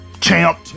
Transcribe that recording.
Champ